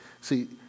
see